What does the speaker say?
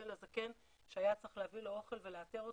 לזקן שהיה צריך להביא לו אוכל ולאתר אותו.